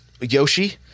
Yoshi